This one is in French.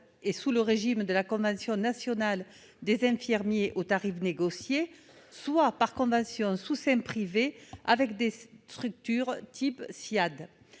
sous le régime de la convention nationale des infirmiers, aux tarifs négociés, soit par convention, sous seing privé, avec des structures de type Ssiad.